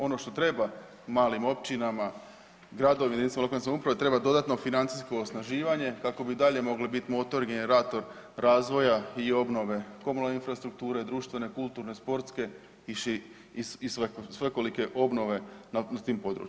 Ono što treba malim općinama, gradovima, jedinicama lokalne samouprave treba dodatno financijsko osnaživanje kako bi i dalje mogli biti motor, generator razvoja i obnove komunalne infrastrukture, društvene, kulturne, sportske i svekolike obnove na tim područjima.